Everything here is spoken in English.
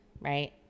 right